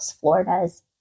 Florida's